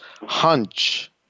hunch